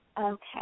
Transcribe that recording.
Okay